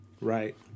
right